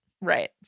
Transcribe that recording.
Right